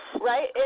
Right